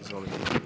Izvolite.